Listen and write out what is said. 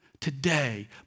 Today